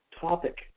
topic